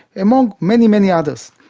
among many, many others.